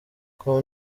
com